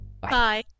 bye